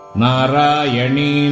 Narayani